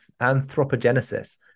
anthropogenesis